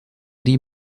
die